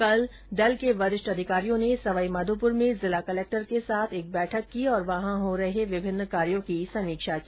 कल दल के वरिष्ठ अधिकारियों ने सवाईमाधोपुर में जिला कलेक्टर के साथ एक बैठक की और वहां हो रहे विभिन्न कार्यो की समीक्षा की